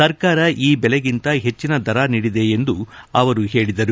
ಸರ್ಕಾರ ಈ ಬೆಲೆಗಿಂತ ಹೆಚ್ಚಿನ ದರ ನೀಡಿದೆ ಎಂದು ಅವರು ಹೇಳಿದರು